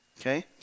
okay